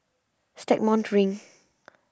Stagmont Ring